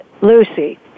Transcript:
Lucy